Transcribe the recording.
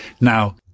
Now